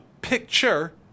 picture